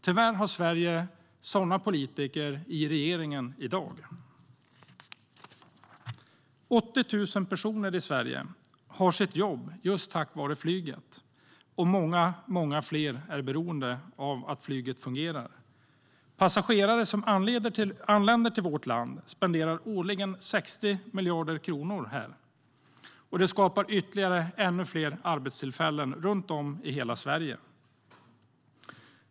Tyvärr har Sverige sådana politiker i regeringen i dag. 80 000 personer i Sverige har sitt jobb just tack vare flyget. Och många fler är beroende av att flyget fungerar. Passagerare som anländer till vårt land spenderar årligen 60 miljarder kronor här. Det skapar ännu fler arbetstillfällen runt om i hela Sverige.